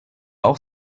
auch